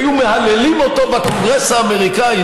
היו מהללים אותו בקונגרס האמריקני?